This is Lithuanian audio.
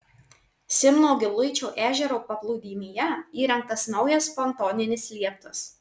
simno giluičio ežero paplūdimyje įrengtas naujas pontoninis lieptas